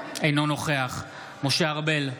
אינו נוכח משה ארבל,